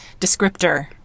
descriptor